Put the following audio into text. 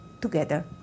together